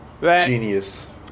Genius